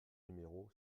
numéro